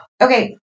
okay